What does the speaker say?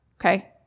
Okay